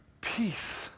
peace